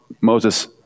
Moses